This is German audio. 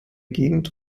gegend